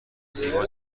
زیبا